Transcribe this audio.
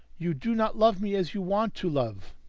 you do not love me as you want to love.